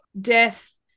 death